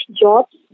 jobs